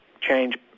change